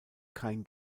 kein